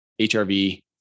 HRV